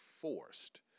forced